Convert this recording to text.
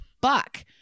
Buck